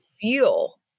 feel